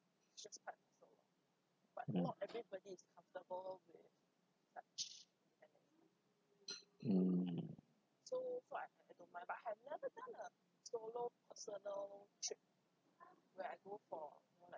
mm